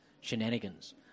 shenanigans